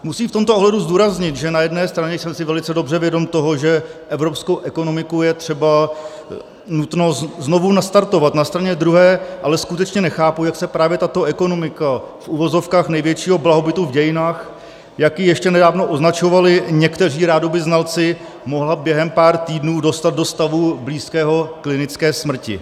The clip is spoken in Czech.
Musím v tomto ohledu zdůraznit, že na jedné straně jsem si velice dobře vědom toho, že evropskou ekonomiku je třeba nutno znovu nastartovat, na straně druhé ale skutečně nechápu, jak se právě tato ekonomika v uvozovkách největšího blahobytu v dějinách, jak ji ještě nedávno označovali někteří rádoby znalci, mohla během pár týdnů dostat do stavu blízkého klinické smrti.